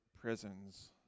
prisons